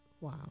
Wow